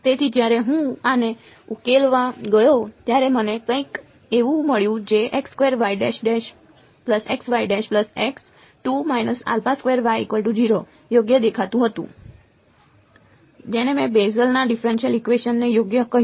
તેથી જ્યારે હું આને ઉકેલવા ગયો ત્યારે મને કંઈક એવું મળ્યું જે યોગ્ય દેખાતું હતું જેને મેં બેસેલના ડિફરેંશીયલ ઇકવેશન ને યોગ્ય કહ્યું